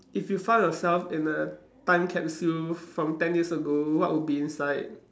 if you found yourself in a time capsule from ten years ago what would be inside